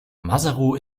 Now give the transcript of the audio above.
maseru